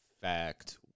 fact